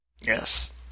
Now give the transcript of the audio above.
Yes